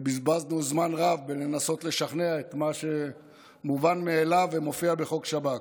ובזבזנו זמן רב בלנסות לשכנע במה שמובן מאליו ומופיע בחוק שב"כ.